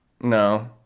No